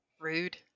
Rude